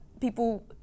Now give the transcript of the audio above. people